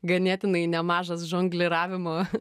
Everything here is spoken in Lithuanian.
ganėtinai nemažas žongliravimo